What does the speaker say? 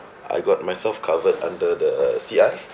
I got myself covered under the C_I